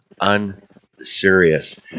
unserious